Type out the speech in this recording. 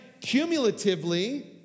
cumulatively